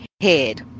head